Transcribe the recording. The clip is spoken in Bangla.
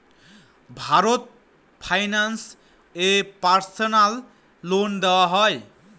ভারত ফাইন্যান্স এ পার্সোনাল লোন দেওয়া হয়?